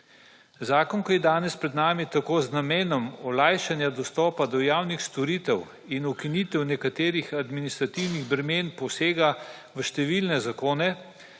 Zakona, ki je danes pred nami tako z namenom olajšanja dostopa do javnih storitev in ukinitev nekaterih administrativnih bremen posega v številne zakone